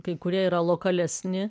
kai kurie yra lokalesni